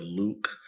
luke